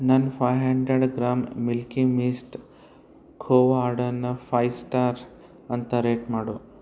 ನನ್ನ five hundred gram milky mist ಖೋವಾರ್ಡನ್ನು five star ಅಂತ ರೇಟ್ ಮಾಡು